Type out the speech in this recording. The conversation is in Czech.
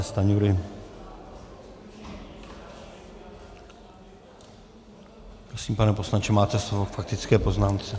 Prosím, pane poslanče, máte slovo k faktické poznámce.